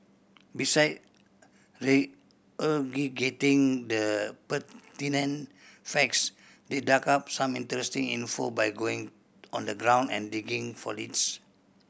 beside regurgitating the pertinent facts they dug up some interesting info by going on the ground and digging for leads